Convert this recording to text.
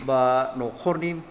बा न'खरनि